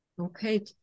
Okay